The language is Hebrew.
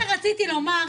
מה שרציתי לומר,